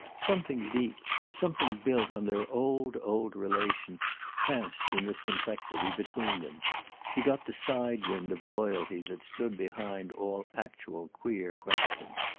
something deep something built on their old old relation passed, in this complexity, between them he got the side-wind of a loyalty that stood behind all actual queer questions.